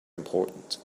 important